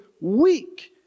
weak